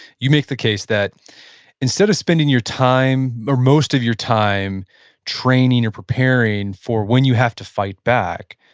you make the case that instead of spending your time, or most of your time training or preparing for when you have to fight back,